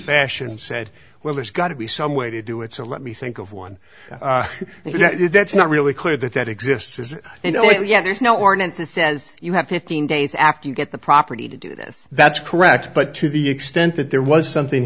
fashion and said well it's got to be some way to do it so let me think of one that's not really clear that that exists is you know yet there's no warrant that says you have fifteen days after you get the property to do this that's correct but to the extent that there was something